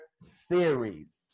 series